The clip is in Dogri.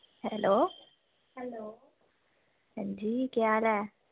हैलो हां जी केह् हाल ऐ